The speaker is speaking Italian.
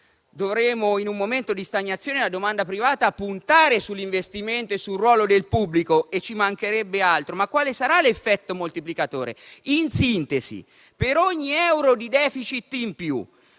in un momento di stagnazione della domanda privata, dovremo puntare sugli investimenti e sul ruolo del pubblico, e ci mancherebbe altro, ma quale sarà l'effetto moltiplicatore? In sintesi, per ogni euro di *deficit* in più,